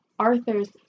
Arthur's